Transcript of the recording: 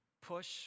Push